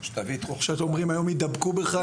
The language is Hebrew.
כשאומרים היום יידבקו בך,